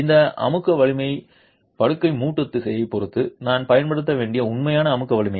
இந்த அமுக்க வலிமை படுக்கை மூட்டு திசையைப் பொறுத்து நான் பயன்படுத்த வேண்டிய உண்மையான அமுக்க வலிமையா